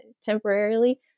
temporarily